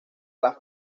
las